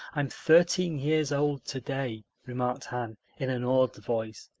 i'm thirteen years old today, remarked anne in an awed voice.